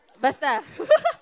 Basta